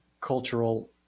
cultural